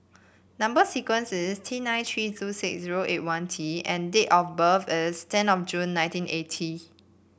number sequence is T nine tree two six zero eight one T and date of birth is ten of June nineteen eighty